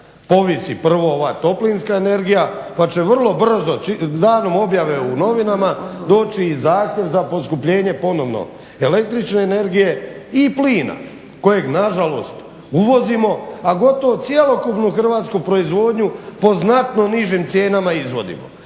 povisi prvo ova toplinska energija, pa će vrlo brzo danom objave u novinama doći i zahtjev za poskupljenje ponovno električne energije i plina kojeg na žalost uvozimo, a gotovo cjelokupnu hrvatsku proizvodnju po znatno nižim cijenama izvozimo.